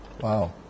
Wow